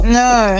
no